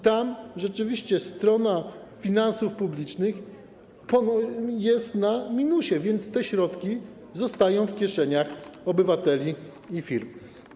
Tam rzeczywiście strona finansów publicznych jest na minusie, więc te środki zostają w kieszeniach obywateli i firm.